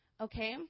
okay